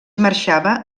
marxava